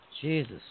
Jesus